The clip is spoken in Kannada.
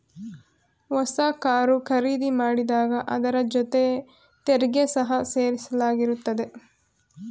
ಹೊಸ ಕಾರು ಖರೀದಿ ಮಾಡಿದಾಗ ಅದರ ಜೊತೆ ತೆರಿಗೆ ಸಹ ಸೇರಿಸಲಾಗಿರುತ್ತದೆ